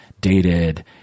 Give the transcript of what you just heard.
dated